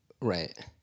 right